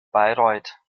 bayreuth